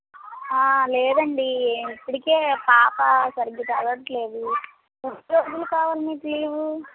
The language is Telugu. లేదండి ఇప్పడికే పాప సరిగ్గా చదవట్లేదు ఎన్ని రోజులు కావాలి మీకు లీవ్